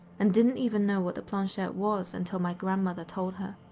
and didn't even know what the planchette was until my grandmother told her.